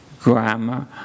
grammar